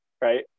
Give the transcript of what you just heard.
right